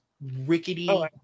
rickety